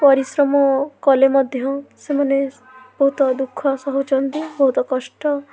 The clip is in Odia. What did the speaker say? ପରିଶ୍ରମ କଲେ ମଧ୍ୟ ସେମାନେ ବହୁତ ଦୁଃଖ ସହୁଛନ୍ତି ବହୁତ କଷ୍ଟ